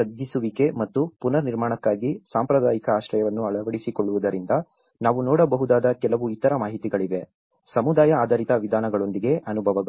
ತಗ್ಗಿಸುವಿಕೆ ಮತ್ತು ಪುನರ್ನಿರ್ಮಾಣಕ್ಕಾಗಿ ಸಾಂಪ್ರದಾಯಿಕ ಆಶ್ರಯವನ್ನು ಅಳವಡಿಸಿಕೊಳ್ಳುವುದರಿಂದ ನಾವು ನೋಡಬಹುದಾದ ಕೆಲವು ಇತರ ಮಾಹಿತಿಗಳಿವೆ ಸಮುದಾಯ ಆಧಾರಿತ ವಿಧಾನಗಳೊಂದಿಗೆ ಅನುಭವಗಳು